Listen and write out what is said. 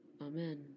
Amen